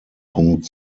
punkt